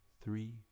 three